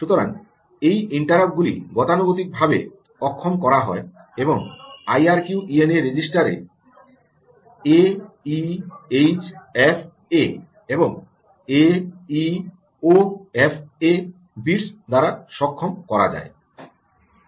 সুতরাং এই ইন্টারাপ্ট গুলি গতানুগতিক ভাবে অক্ষম করা হয় এবং আইআরকিউইএনএ রেজিস্ট্রারে A E H F A এবং A E O F A bits দ্বারা সক্ষম করা যায়